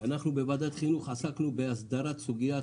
אנחנו בוועדת החינוך עסקנו בהסדרת סוגיית